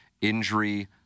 injury